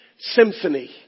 symphony